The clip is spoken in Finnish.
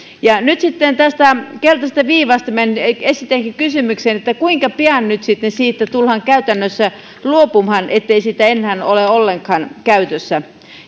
nyt sitten tästä keltaisesta viivasta minä esitänkin kysymyksen kuinka pian nyt sitten siitä tullaan käytännössä luopumaan ettei sitä enää ole ollenkaan käytössä